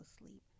asleep